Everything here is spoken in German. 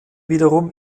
wiederum